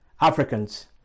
africans